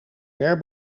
ver